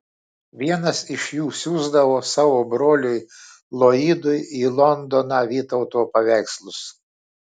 vienas iš jų siųsdavo savo broliui loydui į londoną vytauto paveikslus